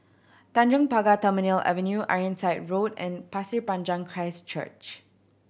Tanjong Pagar Terminal Avenue Ironside Road and Pasir Panjang Christ Church